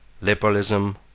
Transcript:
liberalism